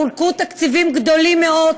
וחולקו תקציבים גדולים מאוד